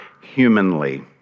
humanly